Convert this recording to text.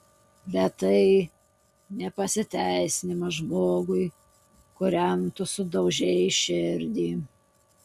bet tai ne pasiteisinimas žmogui kuriam tu sudaužei širdį